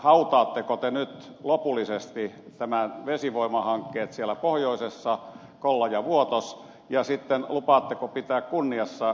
hautaatteko te nyt lopullisesti nämä vesivoimahankkeet siellä pohjoisessa kollaja ja vuotos ja lupaatteko pitää kunniassa koskiensuojelulakia